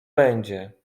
będzie